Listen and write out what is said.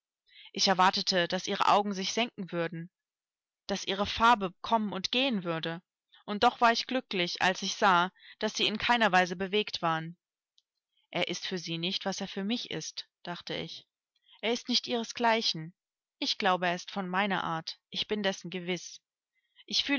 ich erwartete daß ihre augen sich senken würden daß ihre farbe kommen und gehen würde und doch war ich glücklich als ich sah daß sie in keiner weise bewegt waren er ist für sie nicht was er für mich ist dachte ich er ist nicht ihres gleichen ich glaube er ist von meiner art ich bin dessen gewiß